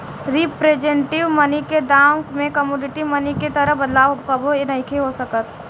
representative money के दाम में कमोडिटी मनी के तरह बदलाव कबो नइखे हो सकत